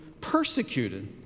persecuted